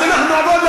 אז אנחנו נעבור,